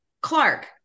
Clark